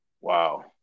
Wow